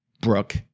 Brooke